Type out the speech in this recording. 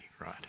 right